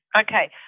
Okay